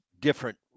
different